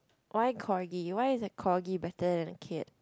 why corgi why is a corgi better than a kid